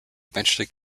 eventually